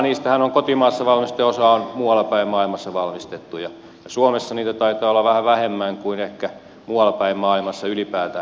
niistähän osa on kotimaassa valmistettuja ja osa on muualla päin maailmassa valmistettuja ja suomessa niitä taitaa olla vähän vähemmän kuin ehkä muualla päin maailmassa ylipäätään ottaen